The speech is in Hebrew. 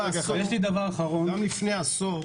גם לפני עשור